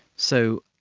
so,